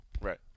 Right